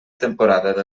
temporada